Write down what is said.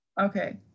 okay